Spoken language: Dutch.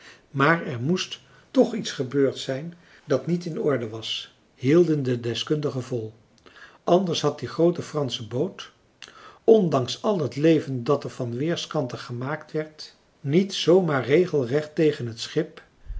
maar er moest toch iets gebeurd zijn dat niet in orde was hielden de deskundigen vol anders had die groote fransche boot ondanks al het leven dat er van weerskanten gemaakt werd niet zoo maar regelrecht tegen het schip